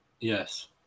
Yes